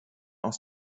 aus